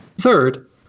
Third